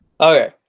Okay